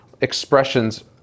expressions